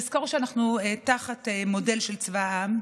צריך לזכור שאנחנו תחת מודל של צבא העם,